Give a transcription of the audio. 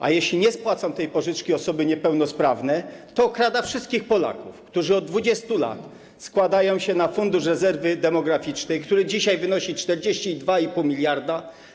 A jeśli nie spłacą tej pożyczki osoby niepełnosprawne, to okrada wszystkich Polaków, którzy od 20 lat składają się na Fundusz Rezerwy Demograficznej, który dzisiaj wynosi 42,5 mld.